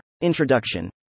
Introduction